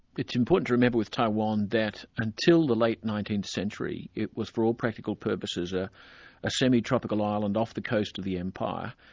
it's important to remember with taiwan that until the late nineteenth century, it was for all practical purposes a a semi-tropical island off the coast of the empire.